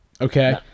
okay